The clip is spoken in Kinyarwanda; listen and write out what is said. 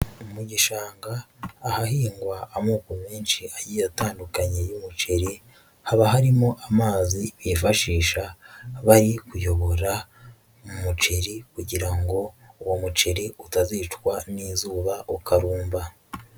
Mu gishanga ahahingwa amoko menshi agiye atandukanye y'umuceri, haba harimo amazi bifashisha bari kuyobora umuceri kugira ngo uwo muceri utazicwa n'izuba ukarumba.